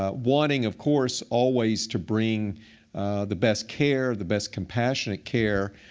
ah wanting of course always to bring the best care, the best compassionate care,